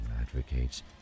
advocates